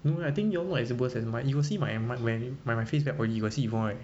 no ah I think your [one] not as worst as mine you got see my my like my face damn oily you got see before right